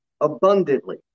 abundantly